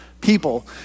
people